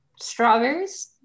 Strawberries